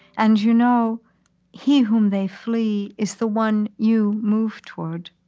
and you know he whom they flee is the one you move toward.